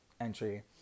entry